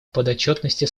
подотчетности